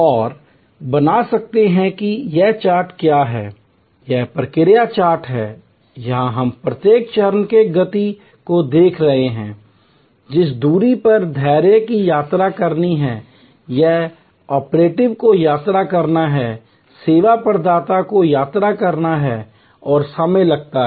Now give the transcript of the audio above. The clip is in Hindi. और बना सकते हैं कि यह चार्ट क्या है यह प्रक्रिया चार्ट है यहां हम प्रत्येक चरण की गति को देख रहे हैं जिस दूरी पर धैर्य की यात्रा करनी है या ऑपरेटिव को यात्रा करना है सेवा प्रदाता को यात्रा करना है और समय लगता है